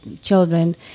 children